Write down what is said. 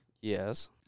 Yes